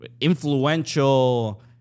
influential